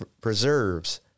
preserves